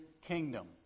kingdom